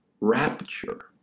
rapture